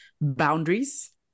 boundaries